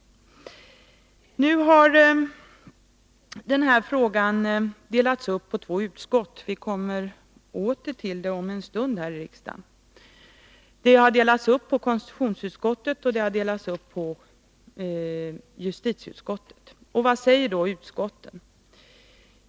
Frågan har nu delats upp på två utskott, nämligen konstitutionsutskottet och justitieutskottet. Vi återkommer därför till ärendet om en stund här i kammaren. Vad säger då utskotten?